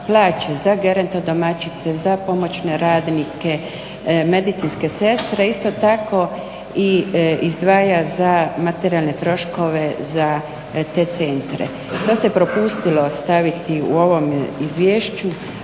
plaće za gerontodomaćice, za pomoćne radnike, medicinske sestre. Isto tako i izdvaja za materijalne troškove za te centre. To se propustilo staviti u ovom izvješću,